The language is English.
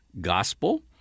Gospel